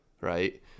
right